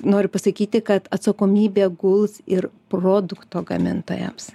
noriu pasakyti kad atsakomybė guls ir produkto gamintojams